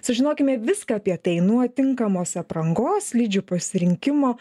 sužinokime viską apie tai nuo tinkamos aprangos slidžių pasirinkimo